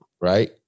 right